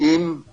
עם כל